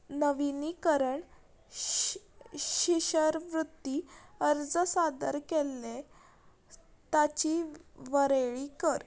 नविनीकरण शी शिश्यवृत्ती अर्ज सादर केल्ले ताची वळेरी कर